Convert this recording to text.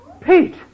Pete